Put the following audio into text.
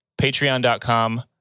patreon.com